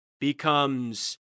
becomes